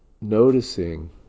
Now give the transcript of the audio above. noticing